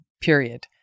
Period